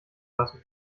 lassen